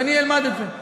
ואני אלמד את זה.